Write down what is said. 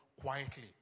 quietly